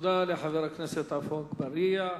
תודה לחבר הכנסת עפו אגבאריה.